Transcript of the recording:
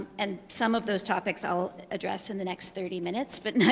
and some of those topics, i'll address in the next thirty minutes, but,